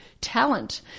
talent